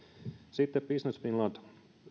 sitten on business finland